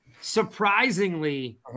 surprisingly